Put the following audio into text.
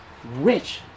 rich